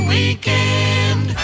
Weekend